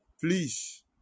please